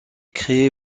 créé